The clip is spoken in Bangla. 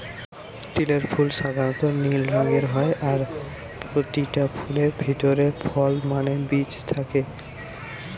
তিলের ফুল সাধারণ নীল রঙের হয় আর পোতিটা ফুলের ভিতরে ফল মানে বীজ থাকে